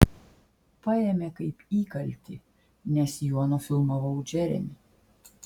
paėmė kaip įkaltį nes juo nufilmavau džeremį